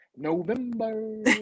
November